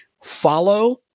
follow